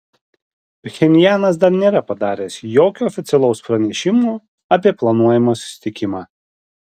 pchenjanas dar nėra padaręs jokio oficialaus pranešimo apie planuojamą susitikimą